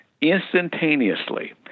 Instantaneously